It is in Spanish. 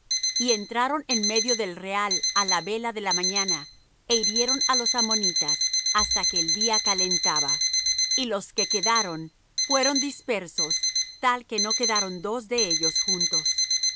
y entraron en medio del real á la vela de la mañana é hirieron á los ammonitas hasta que el día calentaba y los que quedaron fueron dispersos tal que no quedaron dos de ellos juntos